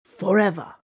forever